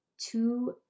two